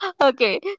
Okay